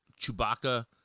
Chewbacca